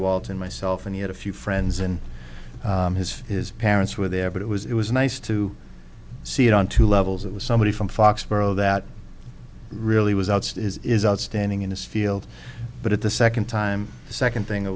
walton myself and he had a few friends and his his parents were there but it was it was nice to see it on two levels it was somebody from foxborough that really was outside is outstanding in this field but at the second time the second thing